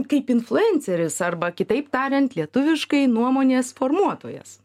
kaip influenceris arba kitaip tariant lietuviškai nuomonės formuotojas